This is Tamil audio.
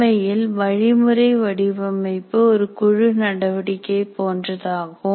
உண்மையில் வழிமுறை வடிவமைப்பு ஒரு குழு நடவடிக்கை போன்றதாகும்